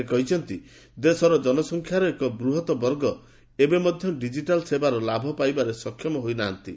ସେ କହିଛନ୍ତି ଦେଶର ଜନସଂଖ୍ୟାର ଏକ ବୃହତ୍ ବର୍ଗ ଏବେ ମଧ୍ୟ ଡିଜିଟାଲ୍ ୍ସେବାର ଲାଭ ପାଇବାରେ ସକ୍ଷମ ହୋଇ ନାହାନ୍ତି